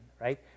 Right